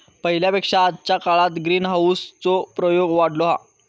पहिल्या पेक्षा आजच्या काळात ग्रीनहाऊस चो प्रयोग वाढलो हा